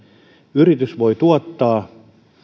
yritys voi tuottaa